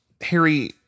Harry